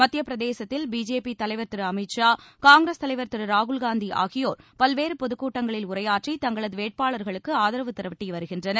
மத்தியபிரதேசத்தில் BJP தலைவர் திரு அமித் ஷா காங்கிரஸ் தலைவர் திரு ராகுல் காந்தி ஆகியோர் பல்வேறு பொதுக்கூட்டங்களில் உரையாற்றி தங்களது வேட்பாளர்களுக்கு ஆதரவு திரட்டி வருகின்றனர்